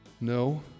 No